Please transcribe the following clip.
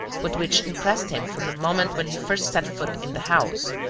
but which impressed him from the moment when he first set foot in the house.